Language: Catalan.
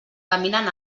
caminen